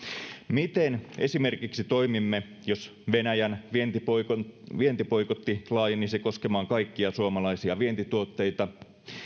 miten esimerkiksi toimimme jos venäjän vientiboikotti vientiboikotti laajenisi koskemaan kaikkia suomalaisia vientituotteita